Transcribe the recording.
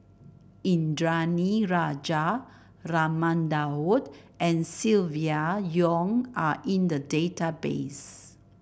Indranee Rajah Raman Daud and Silvia Yong are in the database